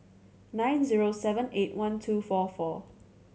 nine zero seven eight one two four four